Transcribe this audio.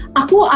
aku